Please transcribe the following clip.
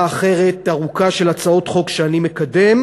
אחרת ארוכה של הצעות חוק שאני מקדם,